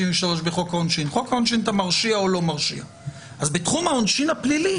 83 אתה מרשיע או לא בתחום העונשין הפלילי